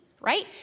right